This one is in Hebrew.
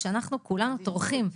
כשאנחנו כולנו טורחים,